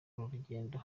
rugendo